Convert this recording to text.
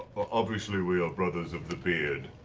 obviously we are brothers of the beard.